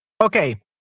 okay